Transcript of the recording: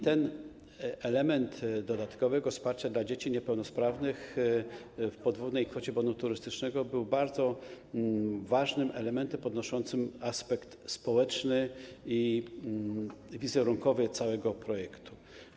Ten element dodatkowego wsparcia dla dzieci niepełnosprawnych w podwójnej kwocie bonu turystycznego był bardzo ważnym elementem wzmacniającym aspekt społeczny i wizerunkowy całego projektu.